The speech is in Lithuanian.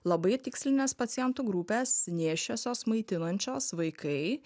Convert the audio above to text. labai tikslinės pacientų grupės nėščiosios maitinančios vaikai